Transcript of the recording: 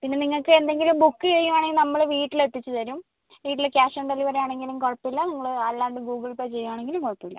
പിന്നെ നിങ്ങൾക്ക് എന്തെങ്കിലും ബുക്ക് ചെയ്യുവാണെങ്കിൽ നമ്മൾ വീട്ടിൽ എത്തിച്ച് തരും വീട്ടിൽ ക്യാഷ് ഓൺ ഡെലിവറി ആണെങ്കിലും കുഴപ്പം ഇല്ല നിങ്ങൾ അല്ലാണ്ട് ഗൂഗിൾ പേ ചെയ്യുവാണെങ്കിലും കുഴപ്പം ഇല്ല